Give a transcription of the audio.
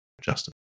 Justin